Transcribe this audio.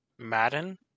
Madden